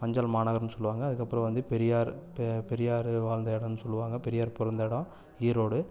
மஞ்சள் மாநகரம்னு சொல்லுவாங்க அதுக்கு அப்புறம் வந்து பெரியார் பெ பெரியார் வாழ்ந்த இடம்னு சொல்லுவாங்க பெரியார் பிறந்த இடம் ஈரோடு